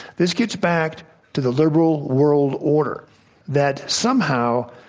this gets back to the liberal world order that somehow,